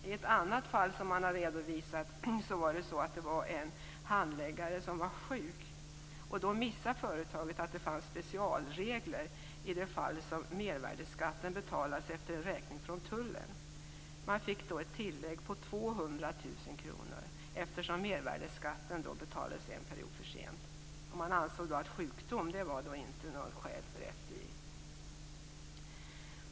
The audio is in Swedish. I ett annat fall som redovisats hade en handläggare blivit sjuk, och företaget missade att det fanns specialregler i de fall som mervärdesskatten betalades efter en räkning från tullen. Företaget fick då ett tillägg på 200 000 kr eftersom mervärdesskatten betalades en period för sent. Skattemyndigheten ansåg inte att sjukdom var något skäl för eftergift.